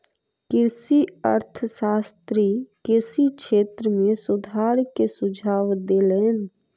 कृषि अर्थशास्त्री कृषि क्षेत्र में सुधार के सुझाव देलैन